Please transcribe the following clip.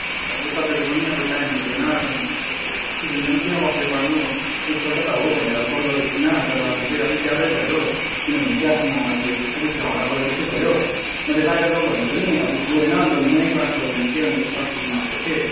अब तपाईँको पनि अब टाइम हुँदैन अब अब स्टुडेन्टलाई किन वाक्कै पार्नु एक पल्ट त हो भनेर कल गरेको थिइनँ तर आज चाहिँ अलिक ज्यादै भयो किनभने क्लासमा आज अलिक झगडा परेको जस्तै भयो मैले बाहिर जाऊँ भन्दा पनि अब गएन अन्त म नै क्लासबाट निस्केँ अन्त स्टाफ रुममा आएको थिएँ